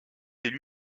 élu